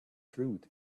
fruit